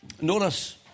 notice